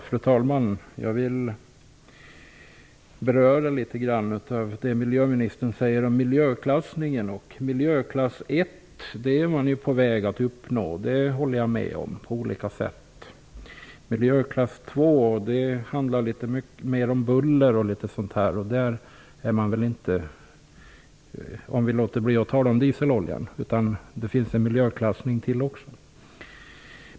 Fru talman! Jag vill något beröra det som miljöministern säger om miljöklassningen. Användning av olja i miljöklass 1 ökar. Det håller jag med om. Miljöklass 2 handlar mer om buller, om man låter bli att tala om dieseloljan -- det finns ju ytterligare ett slags miljöklassning.